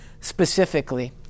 specifically